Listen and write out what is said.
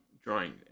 drawing